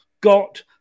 got